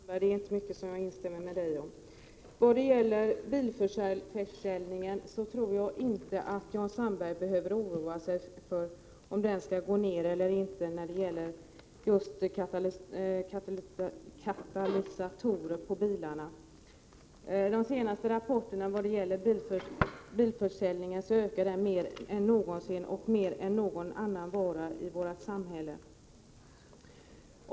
Fru talman! Nej, det är inte mycket av vad Jan Sandberg säger som jag kan instämma i. Vad gäller bilförsäljningen tror jag inte att Jan Sandberg behöver oroa sig, åtminstone inte när det gäller just katalysatorbilarna. Enligt de senaste rapporterna ökar bilförsäljningen mer än någonsin och mer än försäljningen av någon annan vara i vårt samhälle.